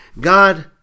God